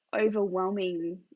overwhelming